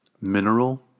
mineral